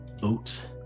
Boats